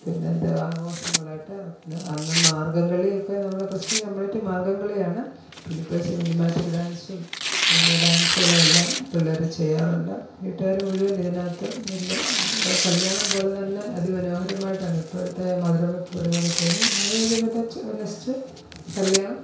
പിന്നെ എന്ത് ആഘോഷങ്ങളായിട്ട് അന്ന് അന്ന് മാർഗ്ഗം കളിയൊക്കെ നമ്മുടെ കൊച്ചിന് കംപ്ലീറ്റ് മാർഗ്ഗം കളിയാണ് പിന്നെ ഇപ്പം സിനിമാറ്റിക്ക് ഡാൻസും അങ്ങനെയുള്ള ഡാൻസുകളും എല്ലാം പിള്ളേർ ചെയ്യാറുണ്ട് വീട്ടുകാർ മുഴുവൻ ഇതിനകത്ത് നില് കല്ല്യാണം പോലെ തന്നെ അതിമനോഹരമായിട്ടാണ് ഇപ്പോഴത്തെ മധുരം വെപ്പ് പരിപാടി ചെയ്യുന്നത് അതു കഴിഞ്ഞ് പിന്നെ ചെ നെക്സ്റ്റ് കല്ല്യാണം